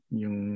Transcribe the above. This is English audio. yung